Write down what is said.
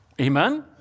Amen